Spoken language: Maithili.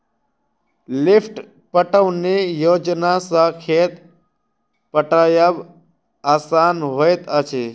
लिफ्ट पटौनी योजना सॅ खेत पटायब आसान होइत अछि